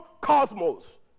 cosmos